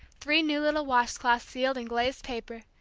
three new little wash-cloths sealed in glazed paper,